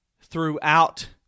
throughout